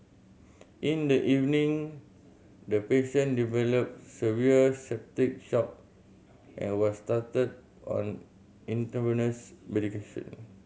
in the evening the patient developed severe septic shock and was started on intravenous medication